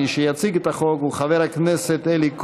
מי שיציג את החוק הוא חבר הכנסת אלי כהן,